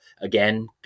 Again